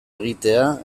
egitea